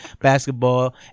basketball